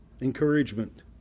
encouragement